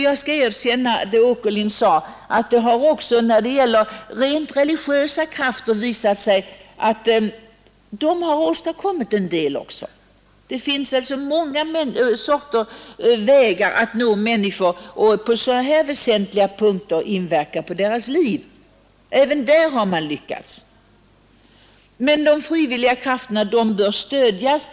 Jag skall erkänna att också rent religiösa krafter — något som herr Åkerlind var inne på — har åstadkommit en del. Det finns så många olika vägar att nå människor och på de här väsentliga punkterna inverka på deras liv. Men de frivilliga krafterna bör stödjas.